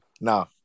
no